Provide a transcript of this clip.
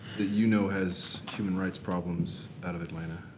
that you know has human rights problems out of atlanta?